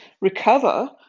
recover